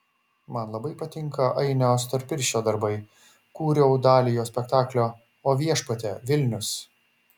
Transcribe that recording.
man labai patinka ainio storpirščio darbai kūriau dalį jo spektaklio o viešpatie vilnius